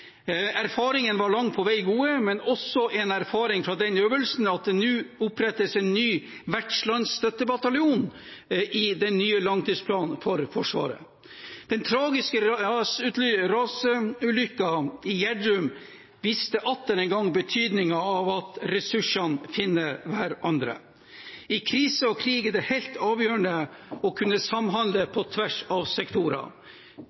var langt på vei gode, men en erfaring fra den øvelsen er at det nå opprettes en ny vertslandsstøttebataljon i den nye langtidsplanen for Forsvaret. Den tragiske rasulykken i Gjerdrum viste atter en gang betydningen av at ressursene finner hverandre. I krise og krig er det helt avgjørende å kunne samhandle